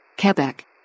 Quebec